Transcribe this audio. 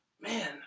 man